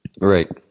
Right